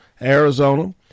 Arizona